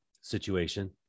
situation